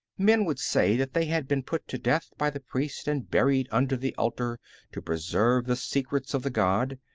men would say that they had been put to death by the priest and buried under the altar to preserve the secrets of the god.